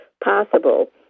possible